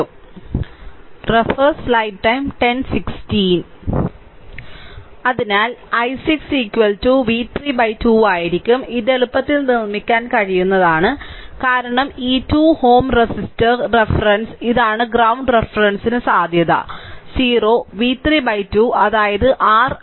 അതിനാൽ i6 v3 by 2 ആയിരിക്കും ഇത് എളുപ്പത്തിൽ നിർമ്മിക്കാൻ കഴിയുന്നത് കാരണം ഈ 2 Ω റെസിസ്റ്റർ റഫറൻസ് ഇതാണ് ഗ്രൌണ്ട് റഫറൻസ് സാധ്യത 0 v3 by 2 അതായത് r i6